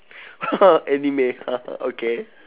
anime okay